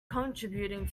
contributing